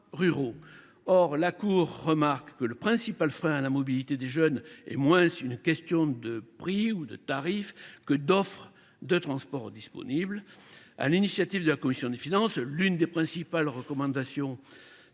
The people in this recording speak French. Or la Cour remarque que le principal frein à la mobilité des jeunes tient moins au tarif qu’à l’offre de transport disponible. Sur l’initiative de la commission des finances, l’une des principales recommandations